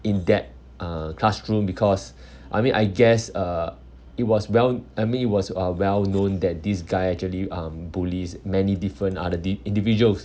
in that uh classroom because I mean I guess uh it was well I mean it was uh well known that this guy actually um bullies many different other di~ individuals